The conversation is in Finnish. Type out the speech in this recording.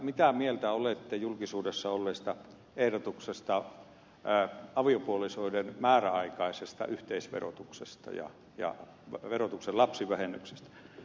mitä mieltä olette julkisuudessa olleesta ehdotuksesta aviopuolisoiden määräaikaisesta yhteisverotuksesta ja verotuksen lapsivähennyksestä